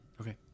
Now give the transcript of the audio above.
Okay